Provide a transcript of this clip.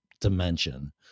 dimension